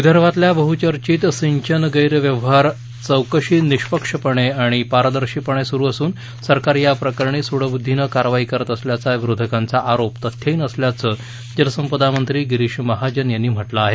विदर्भातल्या बहुचर्चित सिंचन गैरव्यवहाराची चौकशी निष्पक्षपणे आणि पारदर्शीपणे सुरू असून सरकार याप्रकरणी सूडबुद्दीनं कारवाई करत असल्याचा विरोधकांचा आरोप तथ्यहीन असल्याचं जलसंपदा मंत्री गिरीश महाजन यांनी म्हटलं आहे